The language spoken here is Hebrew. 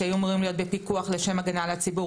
שהיו אמורים להיות בפיקוח לשם הגנה על הציבור,